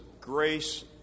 grace